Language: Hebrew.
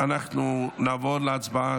נעבור להצבעה